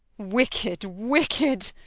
wicked, wicked!